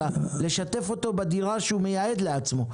אלא לשתף אותו בדירה שהוא מייעד לעצמו,